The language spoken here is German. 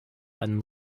einen